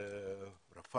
רופאת